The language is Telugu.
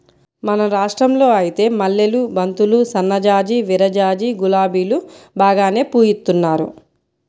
మన రాష్టంలో ఐతే మల్లెలు, బంతులు, సన్నజాజి, విరజాజి, గులాబీలు బాగానే పూయిత్తున్నారు